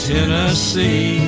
Tennessee